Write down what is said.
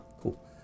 cool